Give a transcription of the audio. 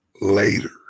later